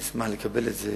אשמח לקבל את זה